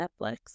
Netflix